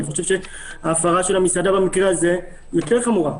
אני חושב שההפרעה של המסעדה במקרה הזה היא יותר חמורה.